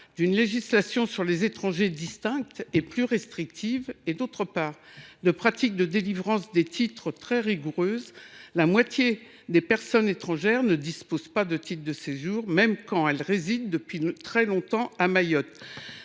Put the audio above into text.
d’une législation sur les étrangers distincte et plus restrictive et, d’autre part, de pratiques de délivrance des titres très rigoureuses, la moitié des personnes étrangères ne disposent pas de titre de séjour, même quand elles résident depuis très longtemps à Mayotte